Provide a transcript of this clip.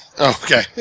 Okay